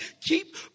keep